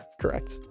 Correct